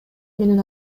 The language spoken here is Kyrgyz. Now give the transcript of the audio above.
менен